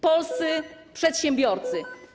Polscy przedsiębiorcy.